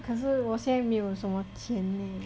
可是我现在没有什么钱 leh